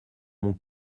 mon